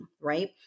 right